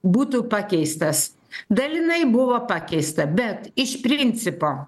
būtų pakeistas dalinai buvo pakeista bet iš principo